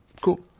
Cool